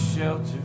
Shelter